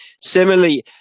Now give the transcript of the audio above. similarly